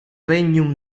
regnum